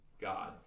God